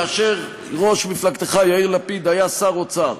כאשר ראש מפלגתך היה שר אוצר,